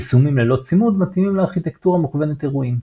יישומים ללא צימוד מתאימים לארכיטקטורה מוכוונת אירועים.